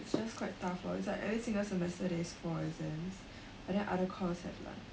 it's just quite tough lor it's like every single semester there is four exams but than other course have like